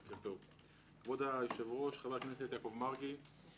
בוקר טוב, כבוד היושב-ראש, חבר הכנסת יעקב מרגי,